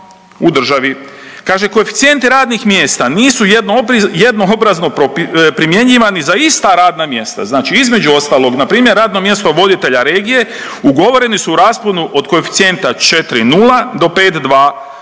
u državi. Kaže koeficijenti radnih mjesta nisu jednoobrazno primjenjivani za ista radna mjesta, znači između ostalog na primjer radno mjesto voditelja regije ugovoreni su u rasponu od koeficijenta 4,0 do 5,2,